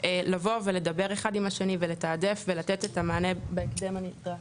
לבוא ולדבר אחד עם השני ולתעדף ולתת את המענה בהקדם הנדרש.